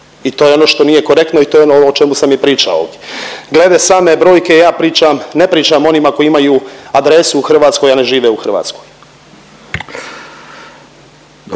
I to je ono što nije korektno i to je ono o čemu sam i pričao ovdje. Glede same brojke ja pričam, ne pričam o onima koji imaju adresu u Hrvatskoj, a ne žive u Hrvatskoj.